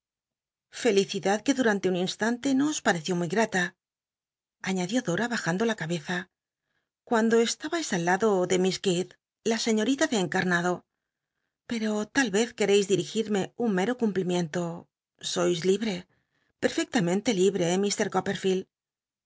felicidad que durante un instante no os pateció muy grata añadió dora bajando la cabeza cuando estabais al lado de miss kitt la señorita de encamado pero tal r ez quereis dirigirme uu mero cun plimiento sois libre pe fcctamenle libre